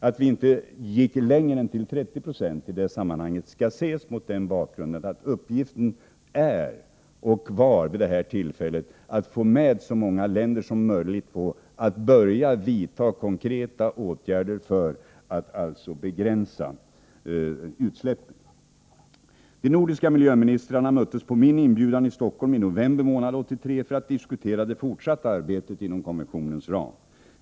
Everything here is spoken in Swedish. Att vi inte gick längre än till 30 96 i detta sammanhang skall ses mot den bakgrunden att uppgiften vid det här tillfället var och fortfarande är att få så många länder som möjligt att börja vidta konkreta åtgärder för att begränsa utsläppen. De nordiska miljöministrarna möttes på min inbjudan i Stockholm i november månad 1983 för att diskutera det fortsatta arbetet inom konventionens ram.